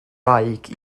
wraig